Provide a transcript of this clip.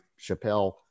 Chappelle